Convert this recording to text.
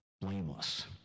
Blameless